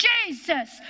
Jesus